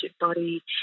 body